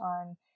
on